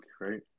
right